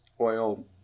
oil